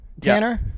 Tanner